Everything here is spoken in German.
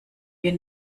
wir